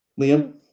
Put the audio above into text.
Liam